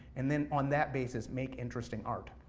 and then on that basis, make interesting art.